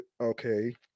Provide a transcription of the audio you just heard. Okay